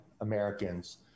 Americans